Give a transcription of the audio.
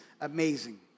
amazing